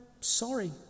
sorry